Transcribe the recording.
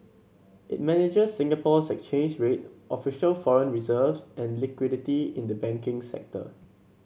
it manages Singapore's exchange rate official foreign reserves and liquidity in the banking sector